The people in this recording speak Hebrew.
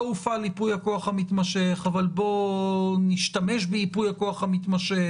הופעל ייפוי הכוח המתמשך אבל בואו נשתמש בייפוי הכוח המתמשך,